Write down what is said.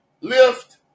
lift